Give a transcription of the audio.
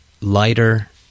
lighter